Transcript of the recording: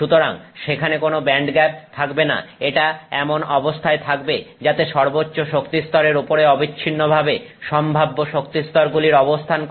সুতরাং সেখানে কোন ব্যান্ডগ্যাপ থাকবে না এটা এমন অবস্থায় থাকবে যাতে সর্বোচ্চ শক্তিস্তরের উপরে অবিচ্ছিন্নভাবে সম্ভাব্য শক্তিস্তর গুলির অবস্থান করে